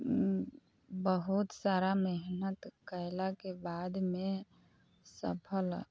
बहुत सारा मेहनत कयलाके बादमे सफल